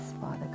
Father